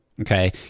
okay